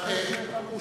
לא, אני רק מזכיר לו.